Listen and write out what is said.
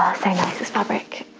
nice this fabric.